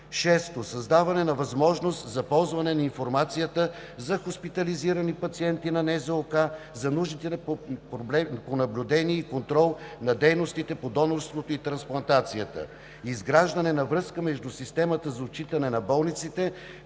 6. създаване на възможност за ползване на информацията за хоспитализирани пациенти на НЗОК, за нуждите по наблюдение и контрол на дейностите по донорството и трансплантацията; изграждане на връзка между системата за отчитане на болниците